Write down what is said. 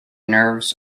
nerves